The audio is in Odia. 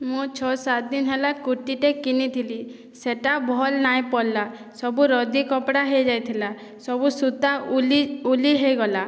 ମୁଁ ଛଅ ସାତ୍ ଦିନ୍ ହେଲା କୁର୍ତିଟେ କିଣିଥିଲି ସେଟା ଭଲ୍ ନାଇଁ ପଡ଼୍ଲା ସବୁ ରଦି କପ୍ଡ଼ା ହେଇଯାଇଥିଲା ସବୁ ସୂତା ଊଲି ଊଲି ହେଇଗଲା